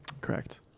Correct